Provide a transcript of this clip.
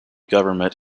government